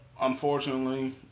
unfortunately